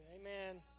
Amen